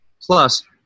plus